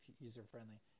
user-friendly